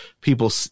people